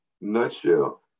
nutshell